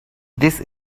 this